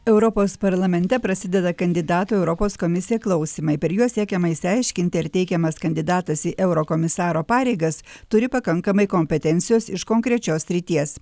europos parlamente prasideda kandidatų į europos komisiją klausymai per juos siekiama išsiaiškinti ar teikiamas kandidatas į eurokomisaro pareigas turi pakankamai kompetencijos iš konkrečios srities